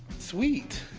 sweet.